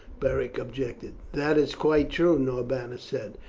beric objected. that is quite true, norbanus said,